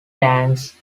tanks